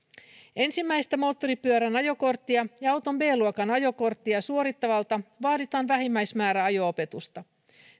ensimmäistä moottoripyörän ajokorttia ja auton b luokan ajokorttia suorittavalta vaaditaan vähimmäismäärä ajo opetusta